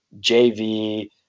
JV